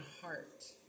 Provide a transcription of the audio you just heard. heart